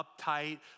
uptight